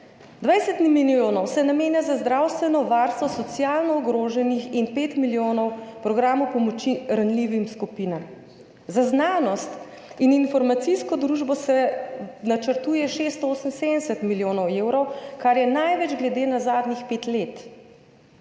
20 milijonov se namenja za zdravstveno varstvo socialno ogroženih in pet milijonov programom pomoči ranljivim skupinam. Za znanost in informacijsko družbo se načrtuje 678 milijonov evrov, kar je največ glede na zadnjih pet let